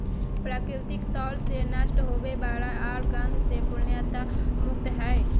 प्राकृतिक तौर से नष्ट होवय वला आर गंध से पूर्णतया मुक्त हइ